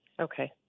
Okay